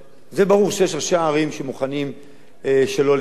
זה ברור שיש ראשי ערים שמוכנים שלא לגבות,